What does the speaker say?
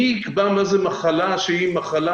מי יקבע מה זה מחלה מסכנת,